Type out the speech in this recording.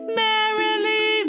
merrily